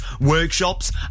workshops